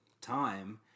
time